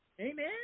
Amen